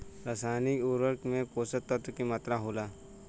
रसायनिक उर्वरक में पोषक तत्व की मात्रा होला?